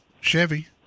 Chevy